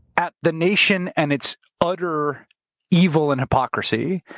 at the nation and its utter evil and hypocrisy,